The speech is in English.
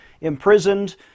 imprisoned